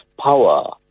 power